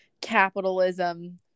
capitalism